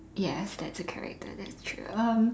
yes that's the character that's true um